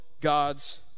God's